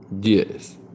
yes